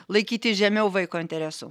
laikyti žemiau vaiko interesų